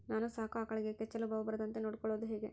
ನಾನು ಸಾಕೋ ಆಕಳಿಗೆ ಕೆಚ್ಚಲುಬಾವು ಬರದಂತೆ ನೊಡ್ಕೊಳೋದು ಹೇಗೆ?